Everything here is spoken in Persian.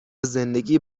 زندگی